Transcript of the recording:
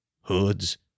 hoods